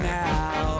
now